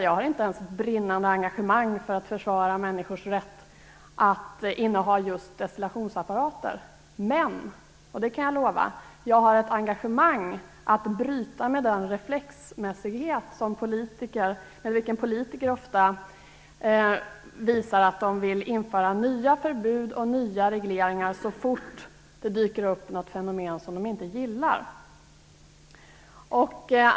Jag har inte ens ett brinnande engagemang för att försvara människors rätt att inneha just destillationsapparater. Men jag kan lova att jag har ett engagemang när det gäller att bryta med den reflexmässighet med vilken politiker ofta visar att de vill införa nya förbud och nya regleringar så fort ett fenomen dyker upp som de inte gillar.